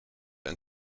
and